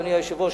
אדוני היושב-ראש,